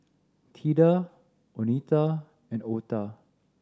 Theda Oneta and Otha